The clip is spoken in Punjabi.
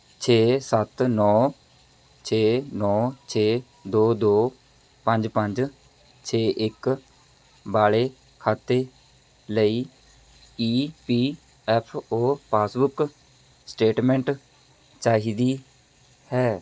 ਛੇ ਸੱਤ ਨੌ ਛੇ ਨੌ ਛੇ ਦੋ ਦੋ ਪੰਜ ਪੰਜ ਛੇ ਇੱਕ ਵਾਲੇ ਖਾਤੇ ਲਈ E P F O passbook statement ਚਾਹੀਦੀ ਹੈ